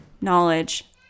knowledge